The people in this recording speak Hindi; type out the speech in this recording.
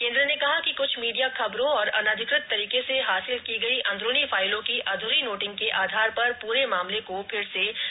केन्द्र ने कहा कि कुछ मीडिया खबरों और अनधिकृत तरीके से हासिल की गई अंदरूनी फाइलों की अध्री नोटिंग के आधार पर पूरे मामले को फिर र्स नहीं खोला जा सकता है